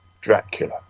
Dracula